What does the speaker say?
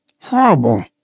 Horrible